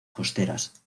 costeras